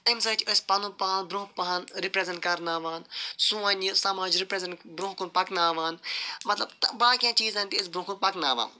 اَمہِ سۭتۍ چھِ أسۍ پَنُن پان برضونٛہہ پَہَن رِپرٛٮ۪زٮ۪نٛٹ کرناوان سون یہِ سماج رِپرٛٮ۪زٮ۪نٛٹ برٛونٛہہ کُن پَکناوان مَطلَب باقیَن چیٖزَن تہِ أسۍ برٛونٛہہ کُن پَکناوان